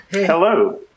Hello